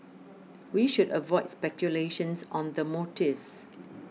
we should avoid speculation on the motives